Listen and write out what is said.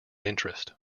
interest